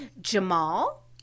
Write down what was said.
Jamal